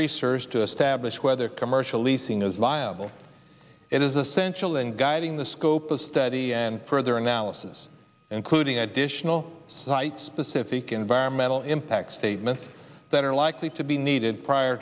research to establish whether commercial leasing is liable it is essential in guiding the scope of study and further analysis including additional sites specific environmental impact statements that are likely to be needed prior